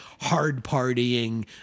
hard-partying